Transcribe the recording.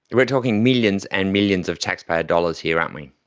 we're talking millions and millions of taxpayer dollars here, aren't we.